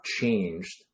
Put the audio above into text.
changed